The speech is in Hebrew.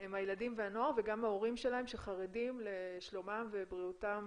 הם הילדים והנוער וגם ההורים שלהם שחרדים לשלומם ובריאותם